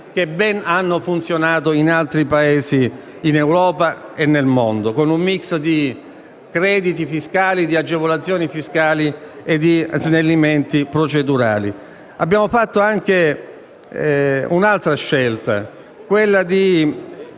che ben hanno funzionato in altri Paesi in Europa e nel mondo, con un *mix* di crediti fiscali, di agevolazioni fiscali e di snellimenti procedurali. Abbiamo fatto anche un'altra scelta nel